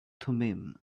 thummim